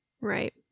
Right